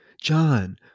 John